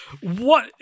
what-